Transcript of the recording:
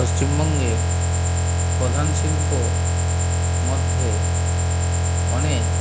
পশ্চিমবঙ্গের প্রধান শিল্প মধ্যে অনেক